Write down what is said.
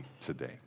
today